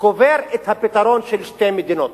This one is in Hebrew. קובר את הפתרון של שתי מדינות.